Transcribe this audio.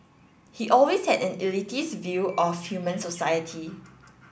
he always had an elitist view of human society